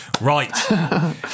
Right